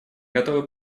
готовы